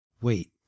Wait